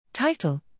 Title